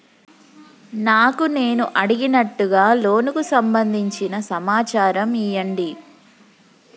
నాకు నేను అడిగినట్టుగా లోనుకు సంబందించిన సమాచారం ఇయ్యండి?